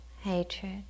hatred